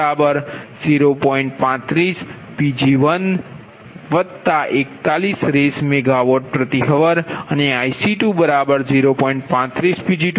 35 Pg141 RsMWhr અને IC20